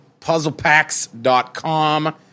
PuzzlePacks.com